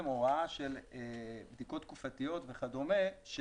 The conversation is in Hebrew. על בדיקות תקופתיות וכדומה.